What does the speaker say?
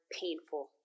painful